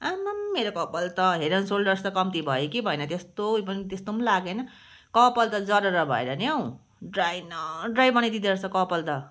आमाम् मेरो कपाल त हेड एन्ड सोल्डर जस्तो कम्ती भयो कि भएन त्यस्तो उयो पनि त्यस्तो पनि लागेन कपाल त जरर भएर नि हौ ड्राई न ड्राई बनाइदिँदो रहेछ कपाल त